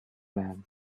man